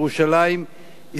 היא סוגיה מאוד נכונה.